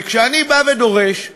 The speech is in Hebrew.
כשאני בא ודורש,